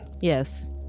Yes